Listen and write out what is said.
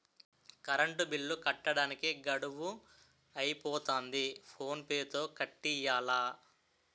current bill కట్టడానికి గడువు అయిపోతంది ఫోన్ పే తో కట్టియ్యాల